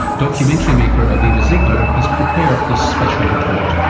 documentary maker aviva ziegler has prepared this special report.